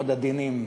מאוד עדינים,